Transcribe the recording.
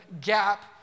gap